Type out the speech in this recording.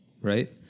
right